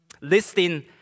listing